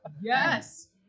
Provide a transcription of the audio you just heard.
Yes